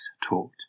taught